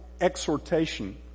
exhortation